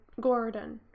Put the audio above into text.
Gordon